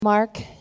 Mark